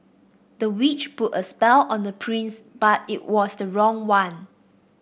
the witch put a spell on the prince but it was the wrong one